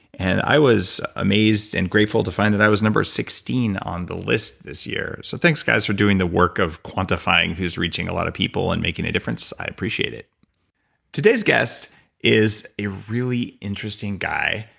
and i was amazed and grateful to find that i was number sixteen on the list this year so thanks, guys for doing the work of quantifying, who's reaching a lot of people and making a difference. i appreciate it today's guest is a really interesting guy.